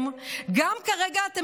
גם חיים כעת בגיהינום,